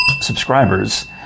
subscribers